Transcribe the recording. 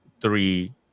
three